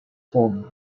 formed